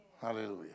Hallelujah